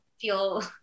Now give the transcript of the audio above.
feel